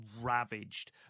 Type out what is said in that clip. ravaged